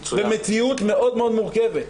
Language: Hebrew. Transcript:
זו מציאות מאוד מאוד מורכבת.